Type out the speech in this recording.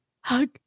hug